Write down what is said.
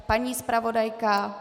Paní zpravodajka?